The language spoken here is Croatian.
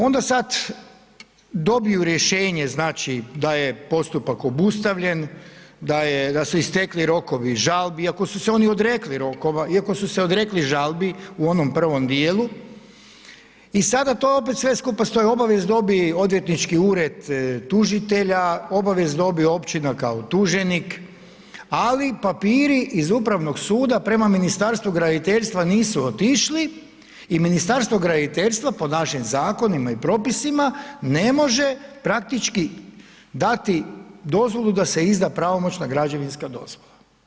Onda sad dobiju rješenje, znači da je postupak obustavljen, da su istekli rokovi žalbi iako su se oni odrekli rokova, iako su se odrekli žalbi u onom prvom dijelu, i sada to opet sve skupa stoji, obavijest dobi odvjetnički ured tužitelja, obavijest dobije Općina kao tuženik, ali papiri iz Upravnog suda prema Ministarstvu graditeljstva nisu otišli i Ministarstvo graditeljstva po našem Zakonima i propisima ne može praktički dati dozvolu da se izda pravomoćna građevinska dozvola.